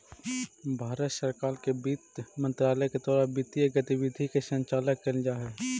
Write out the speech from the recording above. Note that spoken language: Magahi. भारत सरकार के वित्त मंत्रालय के द्वारा वित्तीय गतिविधि के संचालन कैल जा हइ